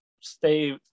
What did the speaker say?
stay